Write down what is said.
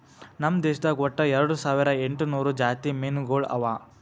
ನಮ್ ದೇಶದಾಗ್ ಒಟ್ಟ ಎರಡು ಸಾವಿರ ಎಂಟು ನೂರು ಜಾತಿ ಮೀನುಗೊಳ್ ಅವಾ